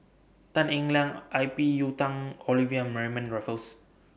Tan Eng Liang I P Yiu Tung Olivia Mariamne Raffles